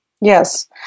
Yes